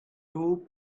two